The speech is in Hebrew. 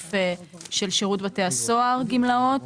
בסעיף של שירות בתי הסוהר גמלאות,